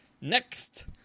Next